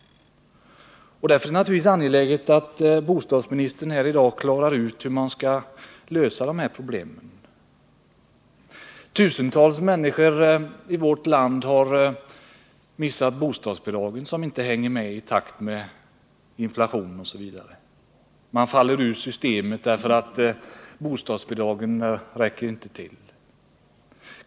Därför är det naturligtvis angeläget att bostadsministern här i dag klarar ut hur dessa problem skall lösas. Tusentals människor i vårt land har missat bostadsbidragen, som inte följer med i inflationens utveckling. Man faller ur systemet, eftersom bostadsbi dragen inte räcker till.